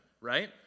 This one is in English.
right